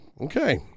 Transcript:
Okay